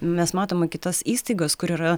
mes matom kitas įstaigas kur yra